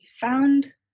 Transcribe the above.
found